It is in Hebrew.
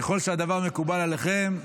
ככל שהדבר מקובל עליכם.